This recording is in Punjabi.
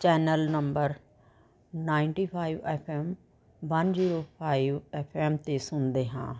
channel number ninety five F M one zero five F M 'ਤੇ ਸੁਣਦੇ ਹਾਂ